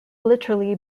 literally